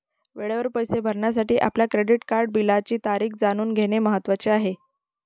वेळेवर पैसे भरण्यासाठी आपल्या क्रेडिट कार्ड बिलाची तारीख जाणून घेणे महत्वाचे आहे